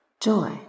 joy